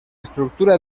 estructura